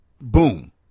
boom